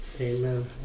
Amen